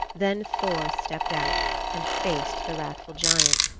then thor stepped out and faced the wrathful giant.